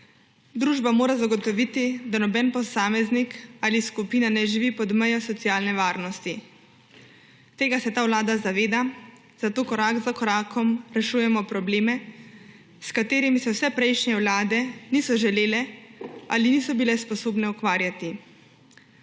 Družba mora zagotoviti, da noben posameznik ali skupina ne živi pod mejo socialne varnosti. Tega se ta vlada zaveda, zato korak za korakom rešujemo probleme, s katerimi se vse prejšnje vlade niso želele ali niso bile sposobne ukvarjati.